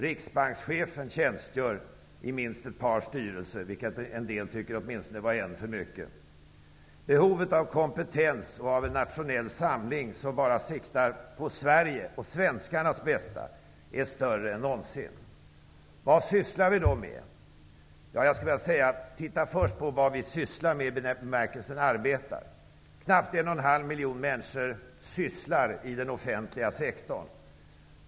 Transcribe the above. Riksbankschefen tjänstgör i minst ett par styrelser, vilket en del tycker varit åtminstone en för mycket. Behovet av kompetens och av en nationell samling som bara siktar på Sverige och svenskarnas bästa är större än någonsin. Vad sysslar vi då med? Jag skulle vilja säga att vi först bör se på vad vi sysslar med i bemärkelsen arbetar med. Knappt 1 1/2 miljon människor sysslar inom den offentliga sektorn.